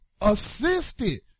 assisted